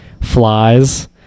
flies